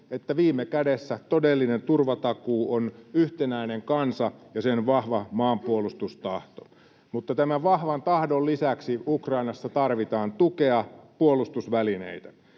että viime kädessä todellinen turvatakuu on yhtenäinen kansa ja sen vahva maanpuolustustahto, mutta tämän vahvan tahdon lisäksi Ukrainassa tarvitaan tukea, puolustusvälineitä.